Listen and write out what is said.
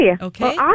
Okay